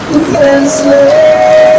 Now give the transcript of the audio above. Defenseless